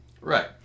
Right